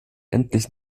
endlich